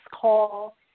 call